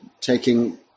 taking